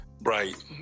Right